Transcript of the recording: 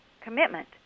commitment